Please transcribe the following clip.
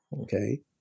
okay